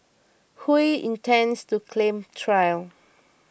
Hui intends to claim trial